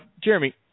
Jeremy